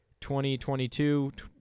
2022